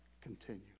continue